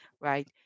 Right